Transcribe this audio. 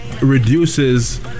reduces